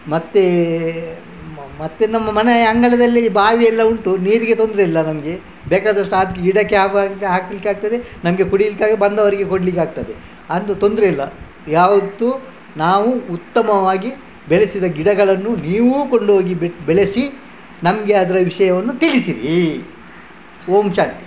ಮತ್ತೆ ಮತ್ತೆ ನಮ್ಮ ಮನೆಯ ಅಂಗಳದಲ್ಲಿ ಬಾವಿ ಎಲ್ಲಾ ಉಂಟು ನೀರಿಗೆ ತೊಂದರೆಯಿಲ್ಲ ನಮಗೆ ಬೇಕಾದಷ್ಟು ಅದಕ್ಕೆ ಗಿಡಕ್ಕೆ ಆಗುವಾಗೆ ಹಾಕಲಿಕ್ಕಾಗ್ತದೆ ನಮಗೆ ಕುಡಿಲಿಕ್ಕೆ ಆಗ್ತದೆ ಬಂದೋರಿಗೆ ಕೊಡಲಿಕ್ಕೆ ಆಗ್ತದೆ ಅಂದು ತೊಂದರೆಯಿಲ್ಲ ಯಾವತ್ತು ನಾವು ಉತ್ತಮವಾಗಿ ಬೆಳೆಸಿದ ಗಿಡಗಳನ್ನು ನೀವು ಕೊಂಡೋಗಿ ಬೆಳೆಸಿ ನಮಗೆ ಅದರ ವಿಷಯವನ್ನು ತಿಳಿಸಿರಿ ಓಂ ಶಾಂತಿ